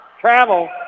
travel